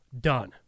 done